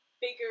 bigger